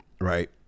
Right